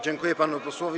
Dziękuję panu posłowi.